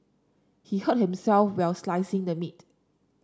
he hurt himself while slicing the meat